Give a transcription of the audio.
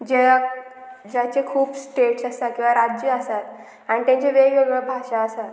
ज्या ज्याचे खूब स्टेट्स आसात किंवां राज्य आसात आनी तेंचे वेगवेगळ्यो भाशा आसात